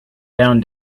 down